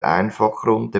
einfachrunde